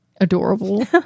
adorable